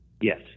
yes